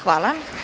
Hvala.